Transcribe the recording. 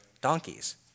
donkeys